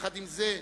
עם זאת,